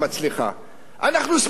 אנחנו שמחים שהיא מרוויחה,